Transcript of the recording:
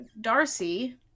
Darcy